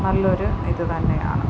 നല്ലൊരു ഇത് തന്നെയാണ്